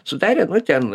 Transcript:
sudarė nu ten